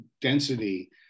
density